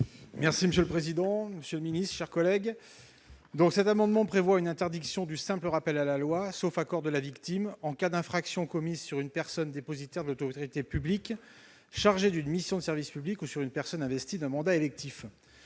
est ainsi libellé : La parole est à M. Éric Gold. Cet amendement vise à prévoir l'interdiction du simple rappel à la loi, sauf accord de la victime, en cas d'infraction commise sur une personne dépositaire de l'autorité publique chargée d'une mission de service public ou sur une personne investie d'un mandat électif.